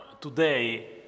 today